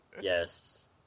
Yes